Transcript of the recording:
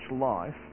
life